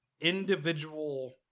individual